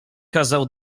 kazał